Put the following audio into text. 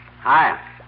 Hi